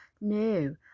No